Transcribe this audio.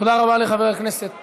תודה רבה לחבר הכנסת כהן.